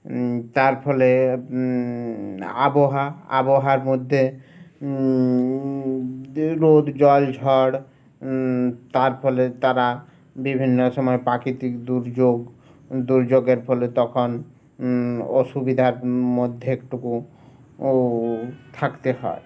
তার ফলে আবহাওয়া আবহাওয়ার মধ্যে রোদ জল ঝড় তার ফলে তারা বিভিন্ন সময় প্রাকৃতিক দুর্যোগ দুর্যোগের ফলে তখন অসুবিধার মধ্যে একটুকু থাকতে হয়